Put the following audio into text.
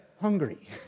hungry